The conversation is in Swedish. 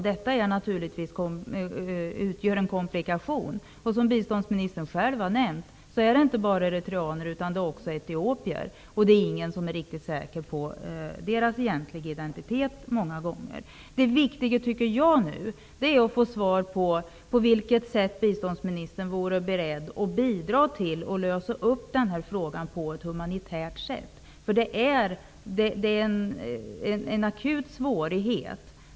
Detta ugör naturligtvis en komplikation. Som biståndsministern själv nämnde rör det sig inte bara om eritreaner, utan det rör sig också om etiopier. Men det är ingen som är riktigt säker på deras egentliga identitet i många fall. Det viktiga är nu att få svar på frågan hur biståndsministern är beredd att bidra till att lösa frågan på ett humanitärt sätt. Det är en akut svårighet.